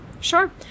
Sure